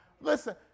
Listen